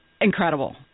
Incredible